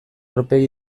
aurpegi